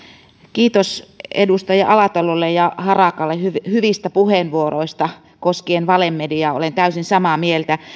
kiitos edustaja alatalolle ja harakalle hyvistä puheenvuoroista koskien valemediaa olen täysin samaa mieltä